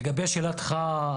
לגבי שאלתך,